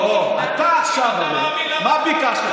לא, אתה עכשיו, הרי, מה ביקשת?